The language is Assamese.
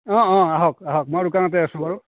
অঁ অঁ আহক আহক মই দোকানতে আছো বাৰু